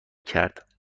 کرد